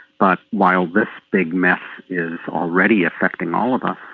but while this big mess is already affecting all of us,